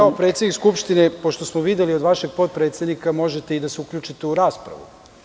Vi kao predsednik Skupštine, pošto smo videli od vašeg potpredsednika, možete da se uključite i u raspravu.